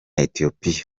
ethiopia